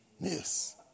Yes